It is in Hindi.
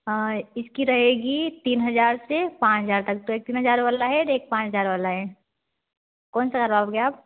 हाँ इसकी रहेगी तीन हज़ार से पाँच हज़ार तक एक तीन हज़ार वाला है एक पाँच हज़ार वाला है कौन सा करवाओगे आप